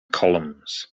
columns